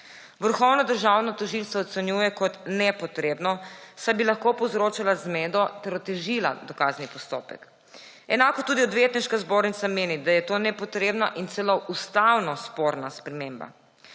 Vrhovno državno tožilstvo jo ocenjuje kot nepotrebno, saj bi lahko povzročala zmedo ter otežila dokazni postopek. Enako tudi Odvetniška zbornica meni, da je to nepotrebna in celo ustavno sporna sprememba.